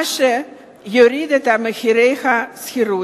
מה שיוריד את מחירי השכירות,